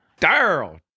Daryl